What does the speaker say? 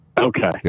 Okay